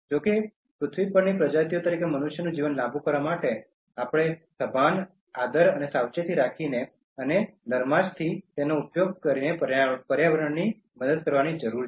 જો કે આ પૃથ્વી પરની પ્રજાતિઓ તરીકે મનુષ્યનું જીવન લાંબું કરવા માટે આપણે સભાન આદર અને સાવચેતી રાખીને અને નરમાશથી તેનો ઉપયોગ કરીને પર્યાવરણને મદદ કરવાની જરૂર છે